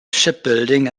shipbuilding